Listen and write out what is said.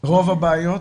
רוב הבעיות